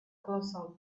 colossal